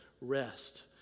rest